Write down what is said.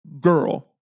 girl